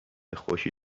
خوشی